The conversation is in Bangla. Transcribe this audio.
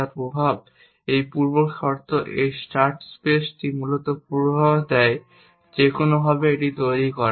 যার প্রভাব এই পূর্বশর্ত এই স্টার্ট স্পেসটি মূলত পূর্বাভাস দেয় যে কোনওভাবে এটি তৈরি করে